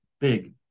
big